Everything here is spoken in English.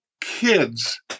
kids